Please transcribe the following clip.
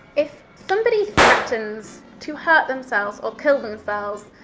if somebody threatens to hurt themselves or kill themselves,